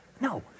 No